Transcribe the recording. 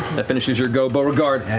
that finishes your go, beauregard.